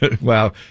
Wow